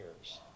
years